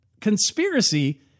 conspiracy